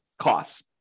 costs